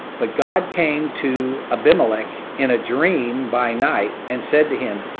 but god came to abimelech in a dream by night and said to him,